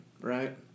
right